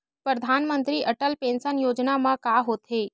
परधानमंतरी अटल पेंशन योजना मा का होथे?